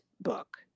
book